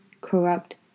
corrupt